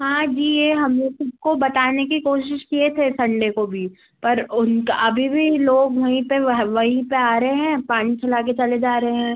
हाँ जी ये हम लोगों को बताने की कोशिश किए थे संडे को भी पर उनका अभी भी लोग वहीं पर वहीं पर आ रहे हैं पानी चला कर चले जा रहे हैं